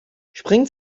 spring